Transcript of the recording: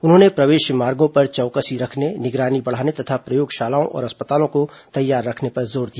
उन्होंने प्रवेश मार्गों पर चौकसी रखने निगरानी बढ़ाने तथा प्रयोगशालाओं और अस्पतालों को तैयार रखने पर जोर दिया